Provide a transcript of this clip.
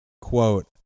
quote